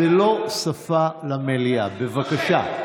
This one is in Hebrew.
זו לא שפה למליאה, בבקשה.